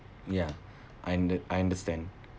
ya I unde~ I understand